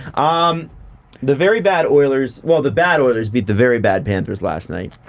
um the very bad oilers. well, the bad oilers beat the very bad panthers last night.